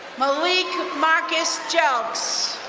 malik marcus jelks.